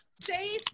safe